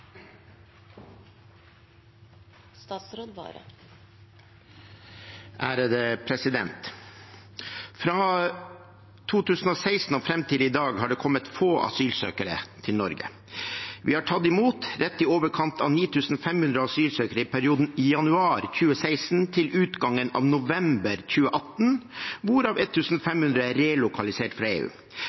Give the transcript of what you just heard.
Fra 2016 og fram til i dag har det kommet få asylsøkere til Norge. Vi har tatt imot rett i overkant av 9 500 asylsøkere i perioden januar 2016 til utgangen av november 2018, hvorav 1 500 er relokalisert fra EU.